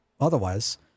otherwise